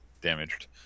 damaged